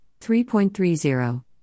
3.30